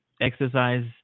exercise